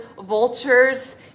vultures